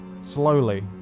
slowly